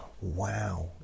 wow